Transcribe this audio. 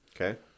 Okay